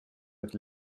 with